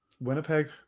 Winnipeg